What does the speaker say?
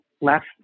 left